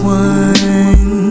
one